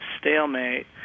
stalemate